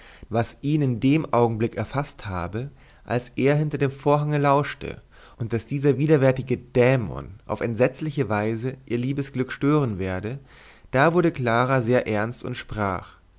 was ihn in dem augenblick erfaßt habe als er hinter dem vorhange lauschte und daß dieser widerwärtige dämon auf entsetzliche weise ihr liebesglück stören werde da wurde clara sehr ernst und sprach